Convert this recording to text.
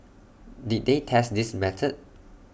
did they test this method